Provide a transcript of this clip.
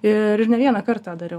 ir ir ne vienąkart tą dariau